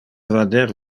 vader